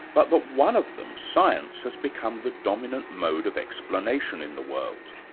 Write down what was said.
but that one of them, science, has become the dominant mode of explanation in the world.